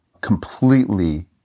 Completely